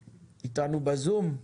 בבקשה.